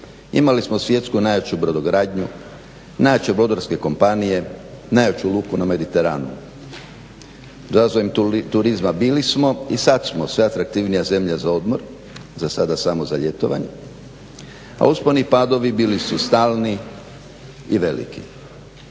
imali smo svjetsku najjaču brodogradnju, najjače brodarske kompanije, najjaču luku na Mediteranu. Razvojem turizma bili smo i sad smo sve atraktivnija zemlja za odmor, za sada samo za ljetovanje, a usponi i padovi bili su stalni i veliki.